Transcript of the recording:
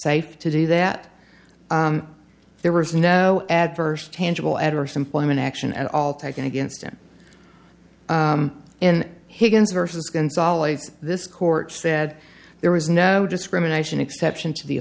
safe to do that there was no adverse tangible adverse employment action at all taken against him in higgins versus consolidates this court said there was no discrimination exception to the